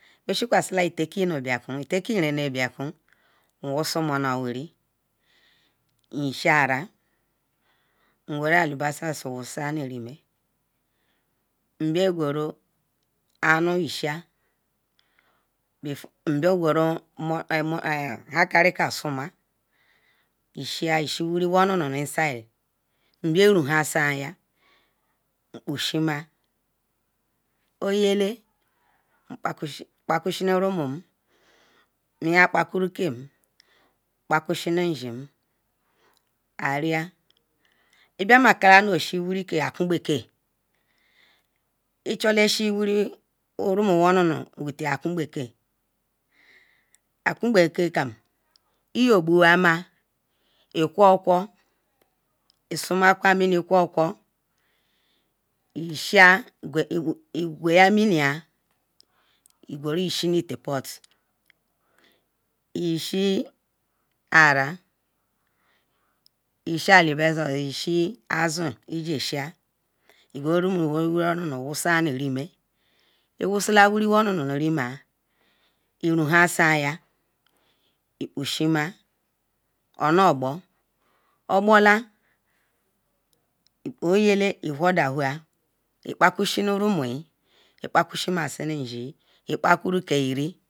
meshi quasi la itaki nubnkun itaki rene bakon nwosi mono n ishi iral nurimen mbia guru anu ishia nurimin nbia guru hor nka yishal nu rimen nnbia gururo wiri wono ishia inside bia ruhansam oya la mnia kpakusi nu rumo mian kpakuru kem kpa ku shini ishina ariya ibia makala oshi wiri akumeke osw wiri rumuonu nu akun beje akubeke kam iyo gbuwama iquar quar isoma kwun iquar quar igwe hia mini nal iguru ita pot iyhshi iral iyshi eligator ishi azun ijel ishi iguru wiri onunu ishian urimen iwusila wiri onunu nurima iruhan san onu bol obola oyela i whor dan ikpatu shinu rumuyin ikpa kushinu ishiye ikpa c rul ke iri